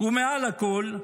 "ומעל לכול,